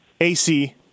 AC